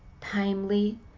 timely